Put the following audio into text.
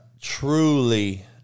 truly